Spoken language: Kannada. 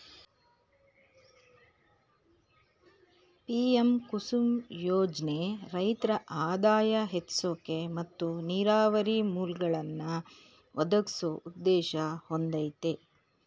ಪಿ.ಎಂ ಕುಸುಮ್ ಯೋಜ್ನೆ ರೈತ್ರ ಆದಾಯ ಹೆಚ್ಸೋಕೆ ಮತ್ತು ನೀರಾವರಿ ಮೂಲ್ಗಳನ್ನಾ ಒದಗ್ಸೋ ಉದ್ದೇಶ ಹೊಂದಯ್ತೆ